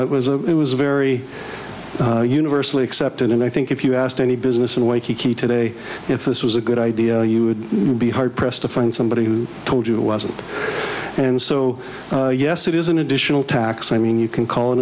it was a it was a very universally accepted and i think if you asked any business in a way he today if this was a good idea you would be hard pressed to find somebody who told you it wasn't and so yes it is an additional tax i mean you can call i